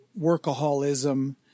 workaholism